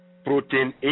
Protein